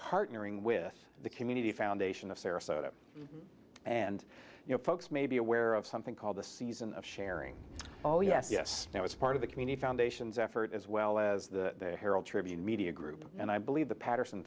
partnering with the community foundation of sarasota and you know folks may be aware of something called the season of sharing oh yes yes now it's part of the community foundations effort as well as the herald tribune media group and i believe the paterson